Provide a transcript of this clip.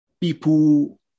people